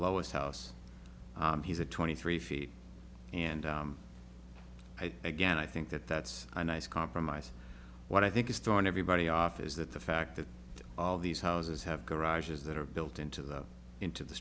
lowest house he's a twenty three feet and i guess i think that that's a nice compromise what i think is thrown everybody off is that the fact that all these houses have garages that are built into them into the